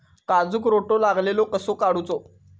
काजूक रोटो लागलेलो कसो काडूचो?